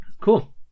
cool